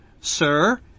Sir